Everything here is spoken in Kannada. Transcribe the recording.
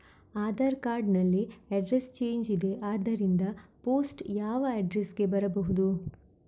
ಆಧಾರ್ ಕಾರ್ಡ್ ನಲ್ಲಿ ಅಡ್ರೆಸ್ ಚೇಂಜ್ ಇದೆ ಆದ್ದರಿಂದ ಪೋಸ್ಟ್ ಯಾವ ಅಡ್ರೆಸ್ ಗೆ ಬರಬಹುದು?